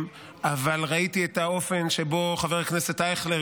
אבל ראיתי את האופן שבו חבר הכנסת אייכלר,